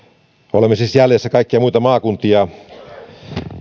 olemme siis jäljessä kaikki muita maakuntia